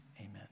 amen